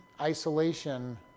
isolation